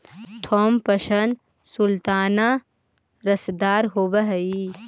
Thompson sultana रसदार होब हई